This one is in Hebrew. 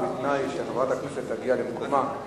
ובתנאי שחברת הכנסת תגיע למקומה.